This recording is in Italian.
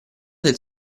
del